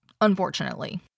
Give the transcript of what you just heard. unfortunately